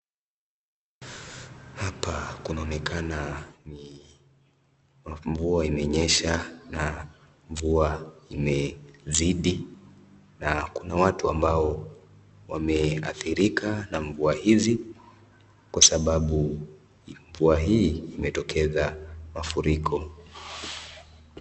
Hapa kunaonekana ni mvua imenyesha na mvua imezidi na kuna watu ambao wameadhirika na mvua hizi kwa sababu mvua hii imetokeza mafuriko.